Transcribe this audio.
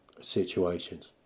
situations